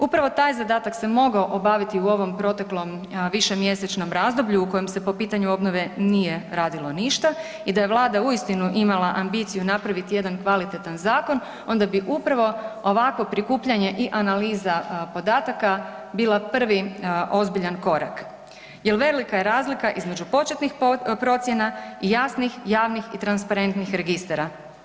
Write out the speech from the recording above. Upravo taj zadatak se mogao obaviti u ovom proteklom višemjesečnom razdoblju u kojem se po pitanju obnove nije radilo ništa i da je vlada uistinu imala ambiciju napraviti jedan kvalitetan zakon onda bi upravo ovakvo prikupljanje i analiza podataka bila prvi ozbiljan korak jel velika je razlika između početnik procjena i jasnih, javnih i transparentnih registara.